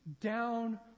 down